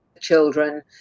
children